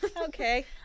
Okay